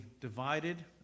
divided